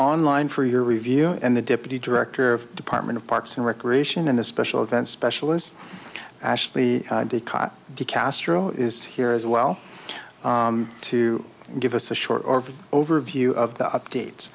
on line for your review and the deputy director of department of parks and recreation and the special events specialist ashley the cot to castro is here as well to give us a short or overview of the updates